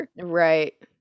right